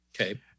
Okay